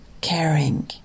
caring